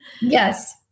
Yes